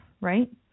right